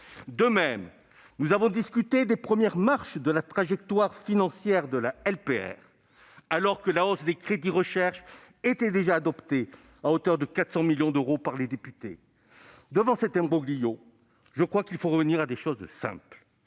De même, nous avons discuté des premières marches de la trajectoire financière de la LPR alors que la hausse des crédits pour la recherche était déjà adoptée à hauteur de 400 millions d'euros par les députés. Devant cet imbroglio, je crois qu'il faut revenir à des choses simples.